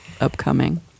upcoming